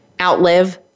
outlive